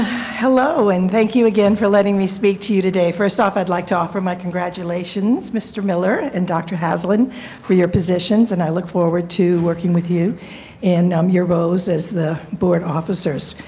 hello and thank you again for letting me speak to you today. first off i would like to offer my congratulations mr. miller and dr. haslund for your positions and i look forward to working with you in um your roles as the board officers.